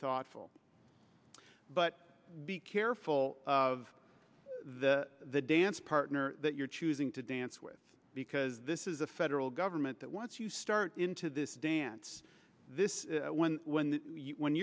thoughtful but be careful of the dance partner that you're choosing to dance with because this is a federal government that once you start into this dance this is when when